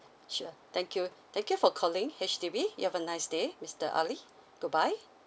sure thank you thank you for calling H_D_B you have a nice day mister ali goodbye